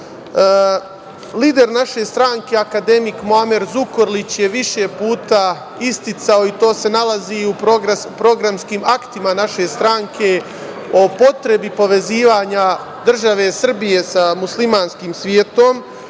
naše stranke, akademik Muamer Zukorlić je više puta isticao, i to se nalazi i u programskim aktima naše stranke, o potrebi povezivanja države Srbije sa muslimanskim svetom.